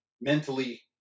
mentally